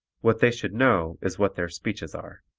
what they should know is what their speeches are.